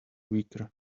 weaker